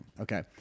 Okay